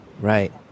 Right